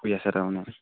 হৈ আছে তাৰমানে